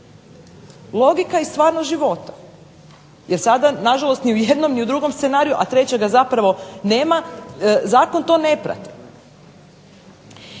Logika iz stvarnog života. Jer sada na žalost ni u jednom ni u drugom scenariju, a trećega ustvari nema, Zakon to ne prati.